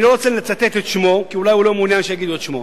אני לא רוצה לצטט את שמו כי אולי הוא לא מעוניין שיגידו את שמו: